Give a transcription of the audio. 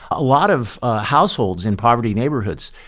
a lot of households in poverty neighborhoods,